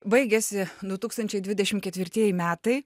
baigėsi du tūkstančiai dvidešimt ketvirtieji metai